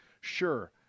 Sure